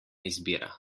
izbira